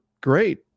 great